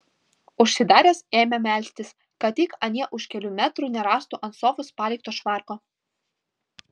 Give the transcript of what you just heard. užsidaręs ėmė melstis kad tik anie už kelių metrų nerastų ant sofos palikto švarko